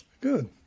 good